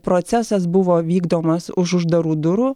procesas buvo vykdomas už uždarų durų